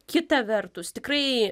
kita vertus tikrai